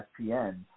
ESPN